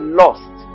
lost